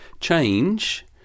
change